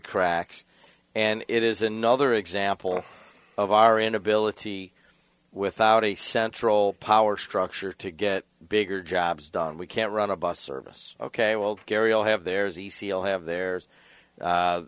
cracks and it is another example of our inability without a central power structure to get bigger jobs done we can't run a bus service ok well gary all have there is the seal have the